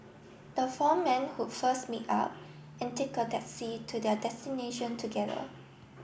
the four men would first meet up and take a taxi to their destination together